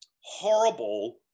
horrible